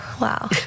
Wow